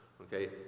Okay